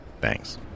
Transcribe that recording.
Thanks